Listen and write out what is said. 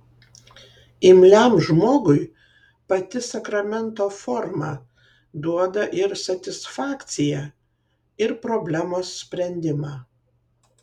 imliam žmogui pati sakramento forma duoda ir satisfakciją ir problemos sprendimą